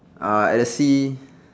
uh at the sea